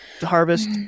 Harvest